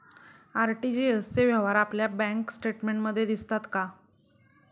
RTGS चे व्यवहार आपल्या बँक स्टेटमेंटमध्ये दिसतात का?